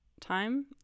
time